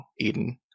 Eden